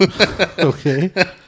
okay